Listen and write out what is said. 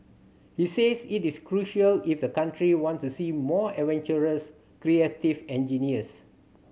he says it is crucial if the country wants to see more adventurous creative engineers